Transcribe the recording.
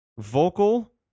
vocal